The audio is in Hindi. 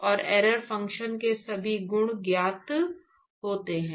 और एरर फंक्शन के सभी गुण ज्ञात होते है